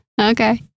Okay